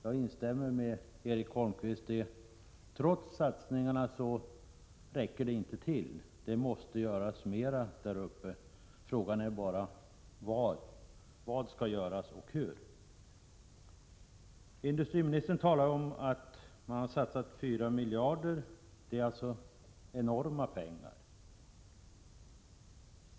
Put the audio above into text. Jag instämmer med Erik Holmkvist: Trots allt som gjorts räcker inte satsningarna. Mer måste göras där uppe, och frågan är bara vad och hur. Industriministern talar om att regeringen satsat 4 miljarder. Det rör sig alltså om enorma summor.